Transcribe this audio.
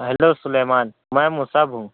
hello Suleman میں مصعب ہوں